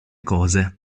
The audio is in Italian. cose